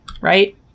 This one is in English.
Right